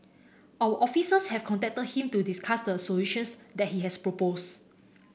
our officers have contacted him to discuss the solutions that he has proposed